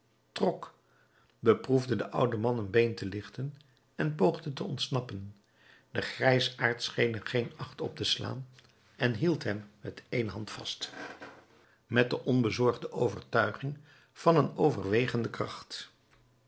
trok beproefde den ouden man een been te lichten en poogde te ontsnappen de grijsaard scheen er geen acht op te slaan en hield hem met ééne hand vast met de onbezorgde overtuiging van een overwegende kracht